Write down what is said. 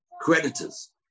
creditors